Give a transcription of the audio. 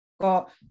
got